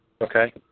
Okay